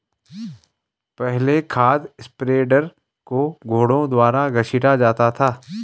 पहले खाद स्प्रेडर को घोड़ों द्वारा घसीटा जाता था